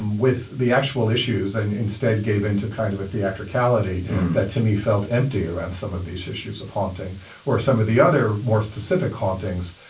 with the actual issues and instead gave in to kind of a theatricality that to me felt empty around some of these issues of haunting or some of the other more specific hauntings.